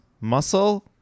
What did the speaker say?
Muscle